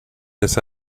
this